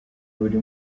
buri